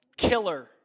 Killer